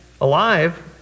Alive